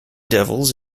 devils